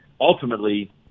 ultimately